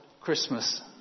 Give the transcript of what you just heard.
Christmas